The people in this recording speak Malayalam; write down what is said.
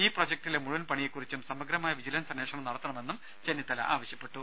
ഈ പ്രൊജക്ടിലെ മുഴുവൻ പണിയെക്കുറിച്ചും സമഗ്രമായ വിജിലൻസ് അന്വേഷണം നടത്തണമെന്നും ചെന്നിത്തല ആവശ്യപ്പെട്ടു